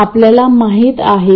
आपण पूर्वी देखील हेच केले होते